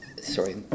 Sorry